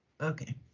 Okay